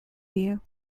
you